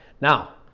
now